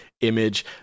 image